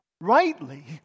rightly